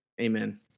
Amen